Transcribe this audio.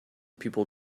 people